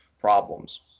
problems